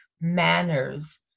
manners